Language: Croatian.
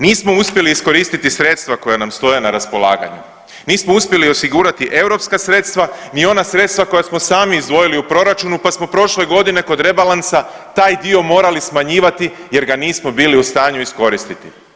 Nismo uspjeli iskoristiti sredstva koja nam stoje na raspolaganju, nismo uspjeli osigurati europska sredstva ni ona sredstva koja smo sami izdvojili u proračunu pa smo prošle godine kod rebalansa taj dio morali smanjivati jer ga nismo bili u stanju iskoristiti.